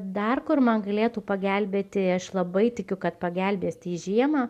dar kur man galėtų pagelbėti aš labai tikiu kad pagelbės tai žiemą